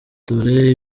dore